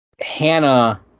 Hannah